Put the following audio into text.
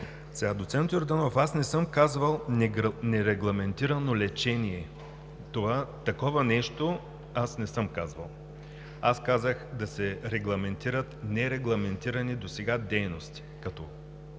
Доцент Йорданов, не съм казвал „нерегламентирано лечение“. Такова нещо не съм казвал! Аз казах: да се регламентират нерегламентирани досега дейности.